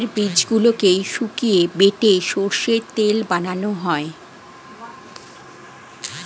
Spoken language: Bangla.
সর্ষের বীজগুলোকে শুকিয়ে বেটে সর্ষের তেল বানানো হয়